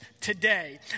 today